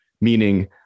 meaning